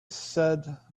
said